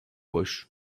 boş